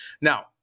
Now